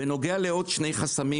בנוגע לעוד שני חסמים,